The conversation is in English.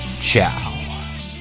ciao